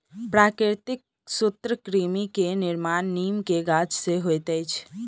प्राकृतिक सूत्रकृमि के निर्माण नीम के गाछ से होइत अछि